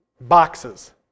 boxes